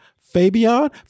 Fabian